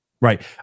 Right